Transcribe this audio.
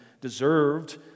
deserved